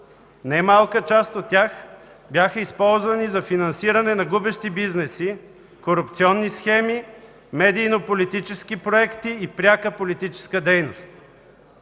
Немалка част от тях бяха използвани за финансиране на губещи бизнеси, корупционни схеми, медийно-политически проекти и пряка политическа дейност.